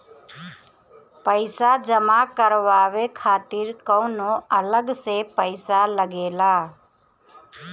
पईसा जमा करवाये खातिर कौनो अलग से पईसा लगेला?